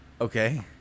Okay